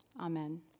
Amen